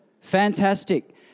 Fantastic